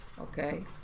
Okay